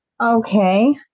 Okay